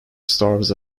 stars